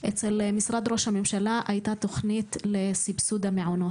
אצל משרד ראש הממשלה הייתה תוכנית לסבסוד המעונות,